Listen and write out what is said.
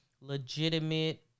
legitimate